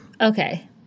okay